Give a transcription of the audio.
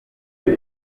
muri